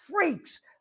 freaks